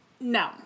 No